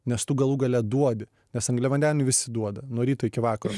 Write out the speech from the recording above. nes tu galų gale duodi nes angliavandenių visi duoda nuo ryto iki vakaro